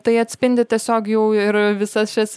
tai atspindi tiesiog jau ir visas šias